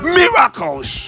miracles